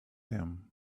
him